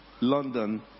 London